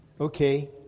Okay